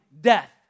death